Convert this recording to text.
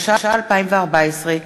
התשע"ה 2014,